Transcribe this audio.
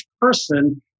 person